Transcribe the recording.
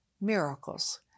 Miracles